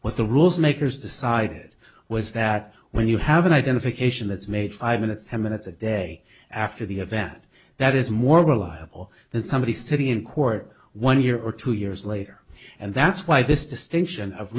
what the rules makers decided was that when you have an identification that's made five minutes ten minutes a day after the event that is more reliable than somebody sitting in court one year or two years later and that's why this distinction of